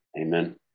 Amen